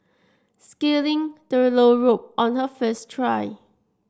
scaling the low rope on her first try